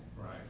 right